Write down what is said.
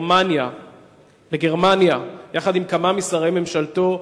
בגרמניה, בגרמניה, יחד עם כמה משרי ממשלתו,